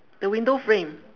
the window frame